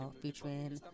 featuring